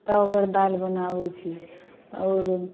तब ओकर दालि बनाबैत छी आओर